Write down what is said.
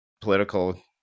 political